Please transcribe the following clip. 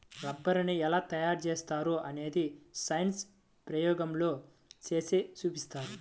రబ్బరుని ఎలా తయారు చేస్తారో అనేది సైన్స్ ప్రయోగాల్లో చేసి చూపిస్తారు